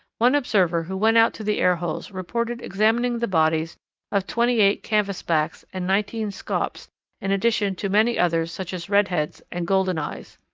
one observer who went out to the air-holes reported examining the bodies of twenty-eight canvas-backs and nineteen scaups in addition to many others such as redheads and golden-eyes.